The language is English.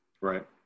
right